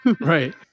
right